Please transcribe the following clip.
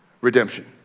redemption